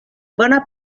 bona